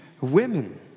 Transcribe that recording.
women